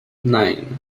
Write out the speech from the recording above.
nine